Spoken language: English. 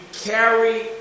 carry